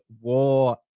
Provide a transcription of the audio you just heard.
war